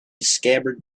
scabbard